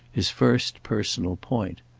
his first personal point.